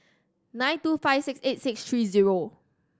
nine two five six eight six three zero